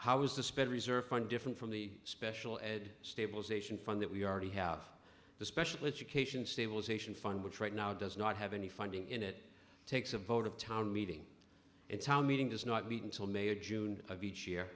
how is the spread reserve fund different from the special ed stabilization fund that we already have the special education stabilization fund which right now does not have any funding in it takes a vote of town meeting and town meeting does not meet until may or june of each year